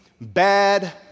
bad